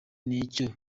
n’icyo